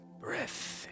Breath